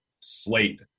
slate